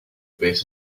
bit